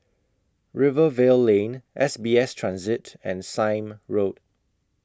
Rivervale Lane S B S Transit and Sime Road